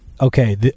okay